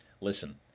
Listen